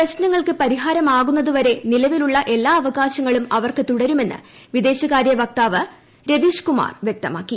പ്രശ്നങ്ങൾക്ക് പരിഹാരമാകുന്നതുവരെ നിലവിലുള്ള എല്ലാ അവകാശങ്ങളും അവർക്ക് തുടരുമെന്ന് വിദേശകാര്യ വക്താവ് രവീഷ് കുമാർ വ്യക്തമാക്കി